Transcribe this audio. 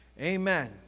Amen